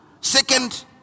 Second